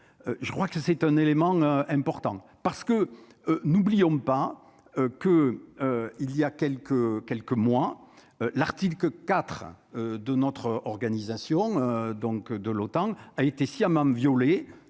je crois que c'est un élément important parce que n'oublions pas que, il y a quelques quelques mois l'article que 4 de notre organisation, donc de l'OTAN a été sciemment violé